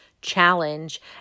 challenge